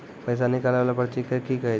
पैसा निकाले वाला पर्ची के की कहै छै?